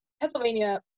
Pennsylvania